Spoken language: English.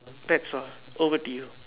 that's all over to you